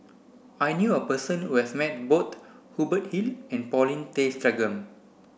I knew a person who has met both Hubert Hill and Paulin Tay Straughan